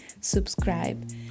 subscribe